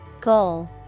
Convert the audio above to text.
Goal